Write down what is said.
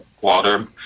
water